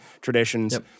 traditions